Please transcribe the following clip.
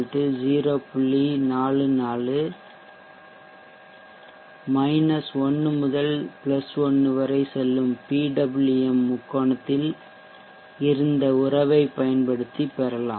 44 1 முதல் 1 வரை செல்லும் PWM முக்கோணத்தில் இருந்த உறவைப் பயன்படுத்தி பெறலாம்